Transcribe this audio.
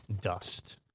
dust